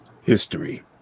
history